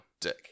dick